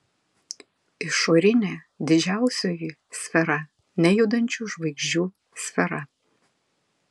išorinė didžiausioji sfera nejudančių žvaigždžių sfera